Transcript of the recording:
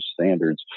standards